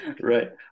right